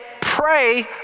pray